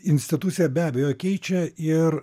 institucija be abejo keičia ir